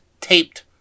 taped